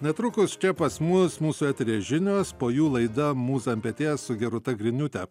netrukus čia pas mus mūsų eteryje žinios po jų laida mūza ant peties su gerūta griniūte